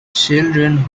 children